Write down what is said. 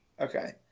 Okay